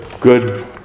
good